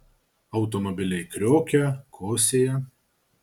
automobiliai kriokia kosėja